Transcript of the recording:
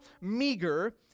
meager